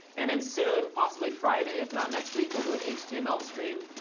and then soon, possibly friday, if not next week, we'll do an html stream.